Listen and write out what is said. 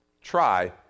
Try